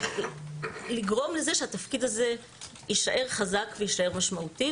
לגרום לזה שהתפקיד הזה יישאר חזק ויישאר משמעותי.